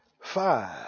five